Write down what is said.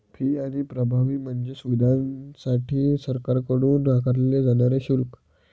fee आणि प्रभावी म्हणजे सुविधांसाठी सरकारकडून आकारले जाणारे शुल्क